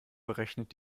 berechnet